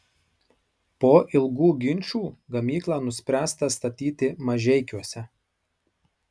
po ilgų ginčų gamyklą nuspręsta statyti mažeikiuose